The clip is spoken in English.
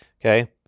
Okay